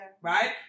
right